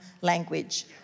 language